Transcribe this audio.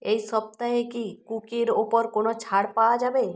এই সপ্তাহে কি কুকির ওপর কোনো ছাড় পাওয়া যাবে